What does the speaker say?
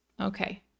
Okay